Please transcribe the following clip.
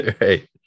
Right